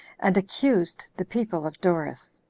and accused the people of doris.